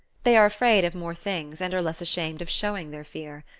they are afraid of more things, and are less ashamed of showing their fear.